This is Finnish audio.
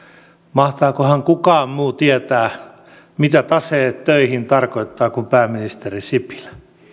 mahtaakohan kukaan muu tietää mitä taseet töihin tarkoittaa kuin pääministeri sipilä